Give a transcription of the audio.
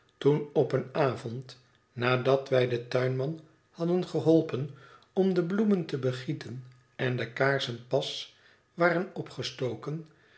toen op een avond nadat wij den tuinman hadden geholpen om de bloemen te begieten en de kaarsen pas waren opgestoken